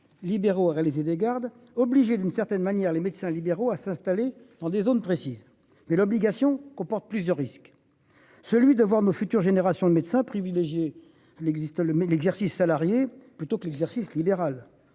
libéraux réaliser des gardes obligé d'une certaine manière les médecins libéraux à s'installer dans des zones précises et l'obligation comporte plus de risque. Celui de voir nos futures générations de médecins privilégier l'existe le mais l'exercice salarié plutôt que l'exercice libéral,